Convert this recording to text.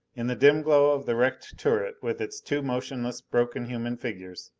in the dim glow of the wrecked turret with its two motionless, broken human figures,